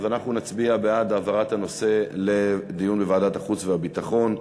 אז אנחנו נצביע בעד העברת הנושא לדיון בוועדת החוץ והביטחון.